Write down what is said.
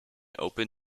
open